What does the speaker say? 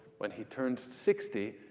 when he turns sixty,